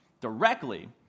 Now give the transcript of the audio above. directly